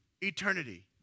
eternity